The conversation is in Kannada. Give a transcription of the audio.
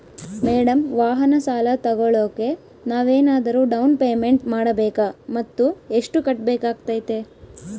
ಮೇಡಂ ವಾಹನ ಸಾಲ ತೋಗೊಳೋಕೆ ನಾವೇನಾದರೂ ಡೌನ್ ಪೇಮೆಂಟ್ ಮಾಡಬೇಕಾ ಮತ್ತು ಎಷ್ಟು ಕಟ್ಬೇಕಾಗ್ತೈತೆ?